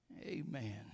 Amen